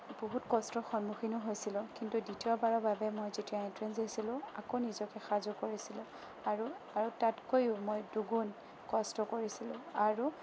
বহুত কষ্টৰ সন্মুখীনো হৈছিলোঁ কিন্তু দ্বিতীয়বাৰৰ বাবে যেতিয়া এণ্ট্ৰেঞ্চ দিছিলোঁ আকৌ নিজকে সাজু কৰিছিলোঁ আৰু তাতকৈও মই দুগুণ কষ্ট কৰিছিলোঁ আৰু